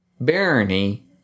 Barony